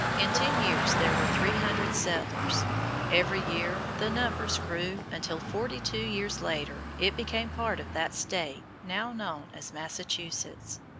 in ten years there were three hundred settlers every year the numbers grew until, forty-two years later, it became part of that state now known as massachusetts.